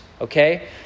okay